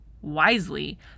wisely